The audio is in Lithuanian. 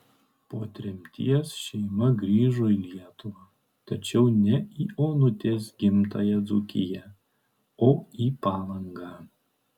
po tremties šeima grįžo į lietuvą tačiau ne į onutės gimtąją dzūkiją o į palangą